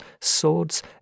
swords